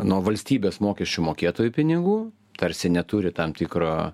nuo valstybės mokesčių mokėtojų pinigų tarsi neturi tam tikro